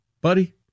buddy